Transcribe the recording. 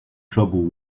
trouble